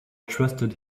trusted